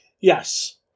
Yes